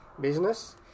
business